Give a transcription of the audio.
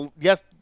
yes